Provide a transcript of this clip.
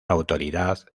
autoridad